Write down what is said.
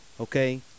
okay